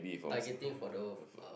targeting for the uh